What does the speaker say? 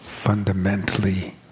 Fundamentally